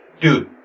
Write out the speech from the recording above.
Dude